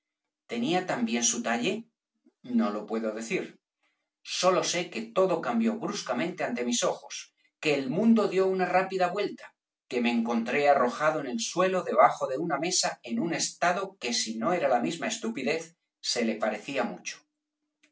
tenía también su talle no lo puedo decir sólo sé que todo cambió bruscamente ante mis ojos que el mundo dió una rápida vuelta que me encontré arrojado en el suelo debajo de una mesa en un estado que si no era la misma estupidez se le parecía mucho